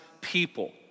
people